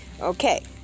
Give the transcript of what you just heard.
Okay